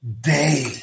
day